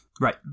Right